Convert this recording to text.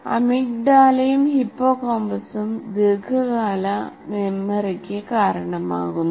അമിഗ്ഡാലയും ഹിപ്പോകാമ്പസും ദീർഘകാല മെമ്മറിക്ക് കാരണമാകുന്നു